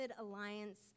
alliance